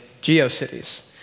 GeoCities